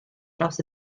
draws